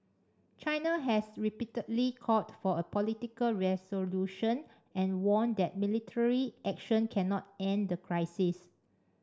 China has repeatedly called for a political resolution and warned that military action cannot end the crisis